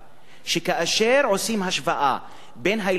כאשר עושים השוואה בין הילדים או